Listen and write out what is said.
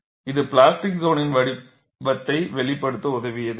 இது பிளாஸ்டிக் சோனின் வடிவத்தை வெளிப்படுத்த உதவியது